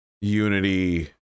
unity